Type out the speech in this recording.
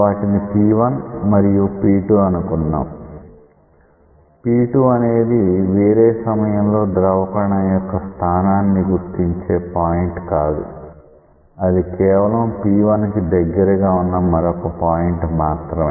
వాటిని P1 మరియు P2 అనుకుందాం P2 అనేది వేరే సమయంలో ద్రవ కణం యొక్క స్థానాన్ని గుర్తించే పాయింట్ కాదు అది కేవలం P1 కి దగ్గరగా వున్న మరొక పాయింట్ మాత్రమే